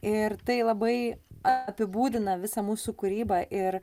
ir tai labai apibūdina visą mūsų kūrybą ir